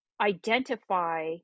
identify